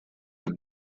have